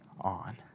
on